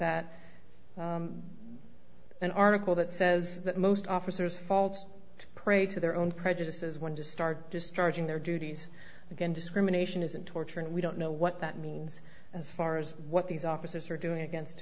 that an article that says that most officers falls prey to their own prejudices when just start just starting their duties again discrimination isn't torture and we don't know what that means as far as what these officers are doing against